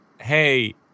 Hey